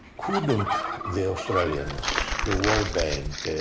couldn't the australians, the world bank,